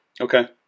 Okay